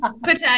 Potato